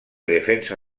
defensa